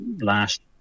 last